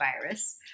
virus